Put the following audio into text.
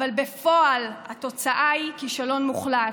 אבל בפועל התוצאה היא כישלון מוחלט.